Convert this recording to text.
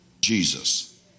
Jesus